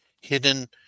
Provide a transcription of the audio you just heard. hidden